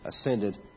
ascended